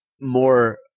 more